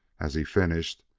as he finished,